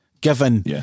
Given